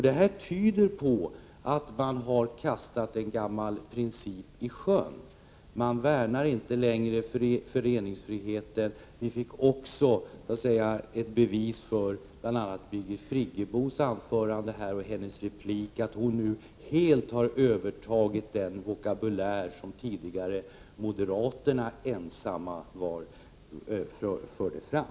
Det tyder på att man har kastat en gammal princip i sjön; man värnar inte längre föreningsfriheten. Vi fick också, bl.a. i Birgit Friggebos anförande och hennes replik, en demonstration av att hon nu helt har övertagit den vokabulär som moderaterna tidigare var ensamma om.